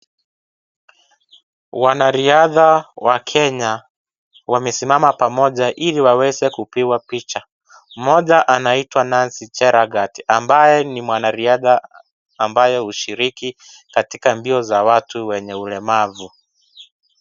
Wanariadha wa Kenya wamesimama pamoja iliwaweze kupigwa picha, mmoja anaitwa Nancy Chalagat ambaye ni mwanariadha ambaye hushiriki katika mbio za watu wenye ulemavu.